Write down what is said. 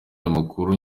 amakuru